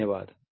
धन्यवाद